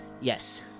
Yes